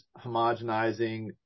homogenizing